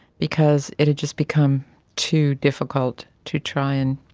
because it had just become too difficult to try and